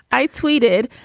i tweeted,